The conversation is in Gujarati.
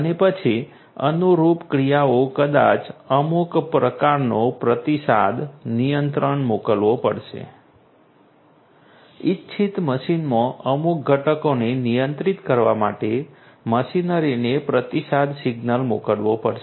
અને પછી અનુરૂપ ક્રિયાઓ કદાચ અમુક પ્રકારનો પ્રતિસાદ નિયંત્રણ મોકલવો પડશે ઇચ્છિત મશીનમાં અમુક ઘટકોને નિયંત્રિત કરવા માટે મશીનરીને પ્રતિસાદ સિગ્નલ મોકલવો પડશે